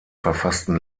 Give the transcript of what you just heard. verfassten